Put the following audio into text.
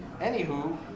Anywho